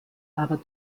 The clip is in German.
aber